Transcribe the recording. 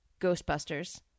Ghostbusters